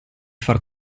far